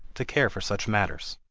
to care for such matters.